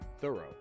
thorough